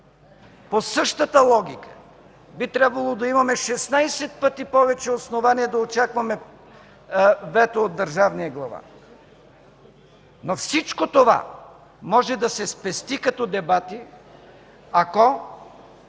по същата логика би трябвало да имаме 16 пъти повече основания да очакваме вето от държавния глава. Всичко това обаче може да се спести като дебати, ако